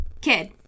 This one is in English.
kid